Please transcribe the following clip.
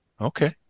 Okay